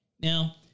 Now